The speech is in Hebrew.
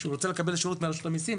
כשאדם בפועל רוצה לקבל שירות מרשות המיסים,